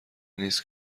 نیست